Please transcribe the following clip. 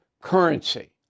currency